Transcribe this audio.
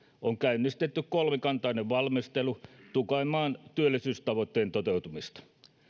on käynnistetty kolmikantainen valmistelu tukemaan työllisyystavoitteen toteutumista